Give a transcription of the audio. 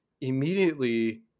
Immediately